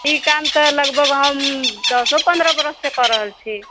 ई काम तऽ लगभग हम दसो पन्द्रह बरससँ कऽ रहल छी